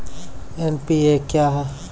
NPA क्या हैं?